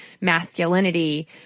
masculinity